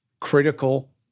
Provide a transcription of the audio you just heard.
critical